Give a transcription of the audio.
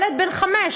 ילד בן חמש.